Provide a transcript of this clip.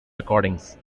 recordings